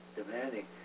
demanding